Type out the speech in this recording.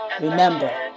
Remember